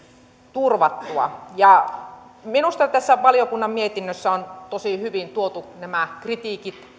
turvattua minusta valiokunnan mietinnössä on tosi hyvin tuotu nämä kritiikit